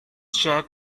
check